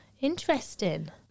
Interesting